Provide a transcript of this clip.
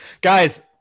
Guys